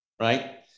right